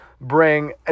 bring